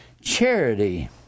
Charity